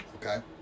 Okay